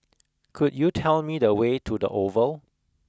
could you tell me the way to the Oval